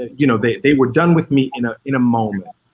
ah you know they they were done with me in ah in a moment.